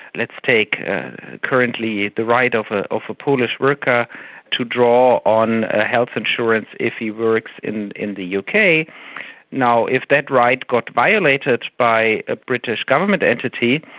let's take currently the right of ah of a polish worker to draw on ah health insurance if he works in in the yeah uk. now, if that right got violated by a british government entity,